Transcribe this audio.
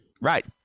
Right